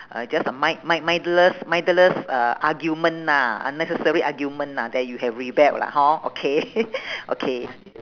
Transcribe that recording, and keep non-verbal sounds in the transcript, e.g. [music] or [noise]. uh just a mind mind mindless mindless uh argument lah unnecessary argument lah that you have rebelled lah hor okay [laughs] okay